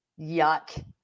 Yuck